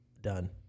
done